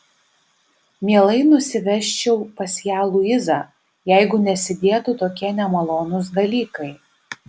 mielai nusivežčiau pas ją luizą jeigu nesidėtų tokie nemalonūs dalykai